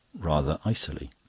rather icily.